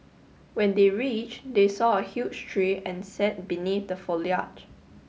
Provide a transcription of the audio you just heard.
when they reach they saw a huge tree and sat beneath the foliage